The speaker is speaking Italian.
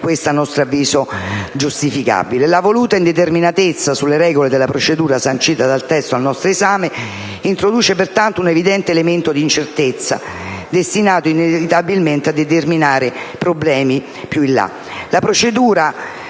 La voluta indeterminatezza sulle regole della procedura sancita dal testo al nostro esame introduce pertanto un evidente elemento di incertezza destinato inevitabilmente a determinare un ingorgo